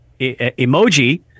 emoji